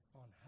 on